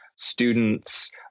students